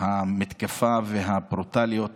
המתקפה והברוטליות